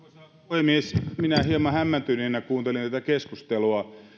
puhemies minä hieman hämmentyneenä kuuntelen tätä keskustelua